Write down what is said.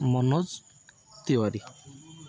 Manoj Tiwari